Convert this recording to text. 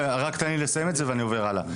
תן לי לסיים את זה, ואני עובר הלאה.